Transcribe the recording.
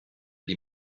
die